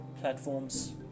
platforms